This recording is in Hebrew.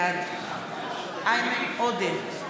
בעד איימן עודה,